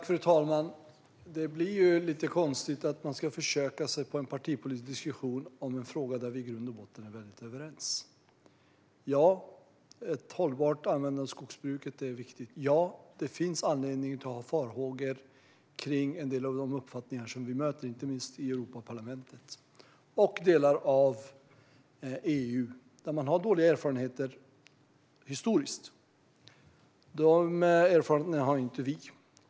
Fru talman! Det blir lite konstigt att försöka sig på en partipolitisk diskussion om en fråga där vi i grund och botten är väldigt överens. Ja, ett hållbart användande av skogsbruket är viktigt. Ja, det finns anledning att ha farhågor kring en del av de uppfattningar vi möter, inte minst i Europaparlamentet och delar av EU där man har dåliga erfarenheter historiskt. De erfarenheterna har inte vi.